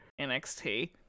NXT